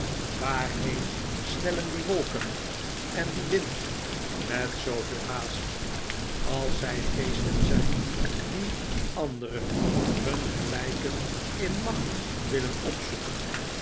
waarheen snellen die wolken en die wind met zooveel haast als zij geesten zijn die andere hun gelijken in macht willen opzoeken